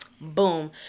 Boom